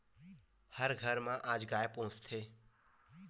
हर घर म आज गाय पोसथे